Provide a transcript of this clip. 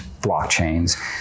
blockchains